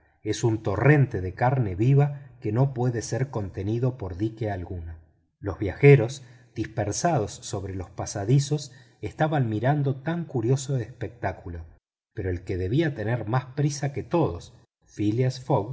es un torrente de carne viva que no puede ser detenido por dique alguno los viajeros dispersados en los pasadizos estaban mirando tan curioso espectáculo pero el que debía tener más prisa que todos phileas